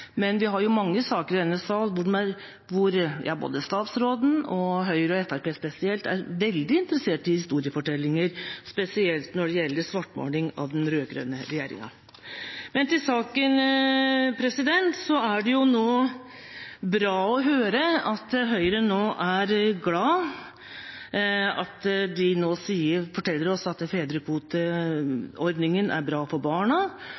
Men vi har jo mange saker i denne sal hvor både statsråden og Høyre og Fremskrittspartiet spesielt er veldig interessert i historiefortellinger, særlig når det gjelder svartmaling av den rød-grønne regjeringen. Men til saken: Det er bra å høre Høyre fortelle oss nå at fedrekvoteordningen er bra for barna, og at det er viktig at